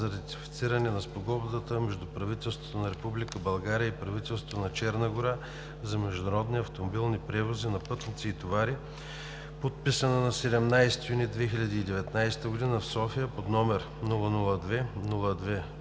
за ратифициране на Спогодбата между правителството на Република България и правителството на Черна гора за международни автомобилни превози на пътници и товари, подписана на 17 юни 2019 г. в София, №